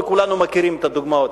וכולנו מכירים את הדוגמאות.